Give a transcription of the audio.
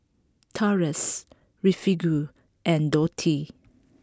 Taurus Refugio and Dotty